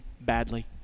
badly